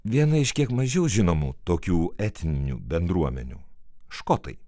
viena iš kiek mažiau žinomų tokių etninių bendruomenių škotai